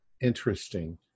interesting